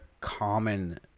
common